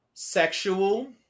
Sexual